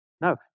no